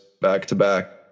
back-to-back